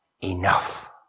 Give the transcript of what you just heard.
enough